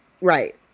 Right